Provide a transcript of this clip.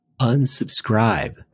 unsubscribe